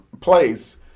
place